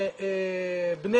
בני